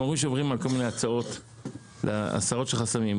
אנחנו מדברים על הסרות חסמים,